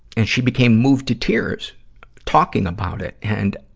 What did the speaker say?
and she became moved to tears talking about it. and,